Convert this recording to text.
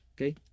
Okay